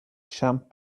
champ